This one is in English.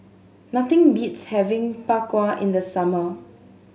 nothing beats having Bak Kwa in the summer